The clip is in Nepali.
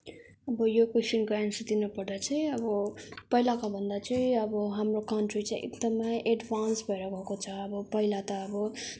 अब यो क्वेसनको आन्सर दिनपर्दा चाहिँ अब पहिलाको भन्दा चाहिँ अब हाम्रो कन्ट्री चाहिँ एकदमै एड्भान्स भएर गएको छ अब पहिला त अब